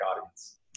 audience